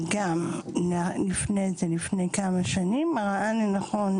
וגם לפני כמה שנים,